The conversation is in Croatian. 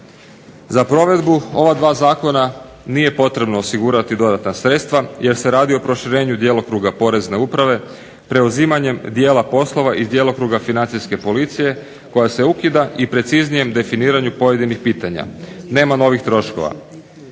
Za provedbu ova dva zakona nije potrebno osigurati dodatna sredstva jer se radi o proširenju djelokruga Porezne uprave preuzimanjem dijela poslova iz djelokruga Financijske policije koja se ukida i preciznijem definiranju pojedinih pitanja. Nema novih troškova.